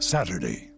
Saturday